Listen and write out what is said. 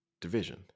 division